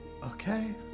Okay